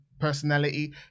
personality